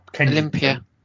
olympia